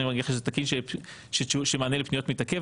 זה לא תקין שמענה לפניות מתעכב.